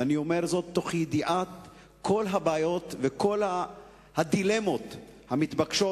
ואני אומר זאת בידיעת כל הבעיות וכל הדילמות המתבקשות,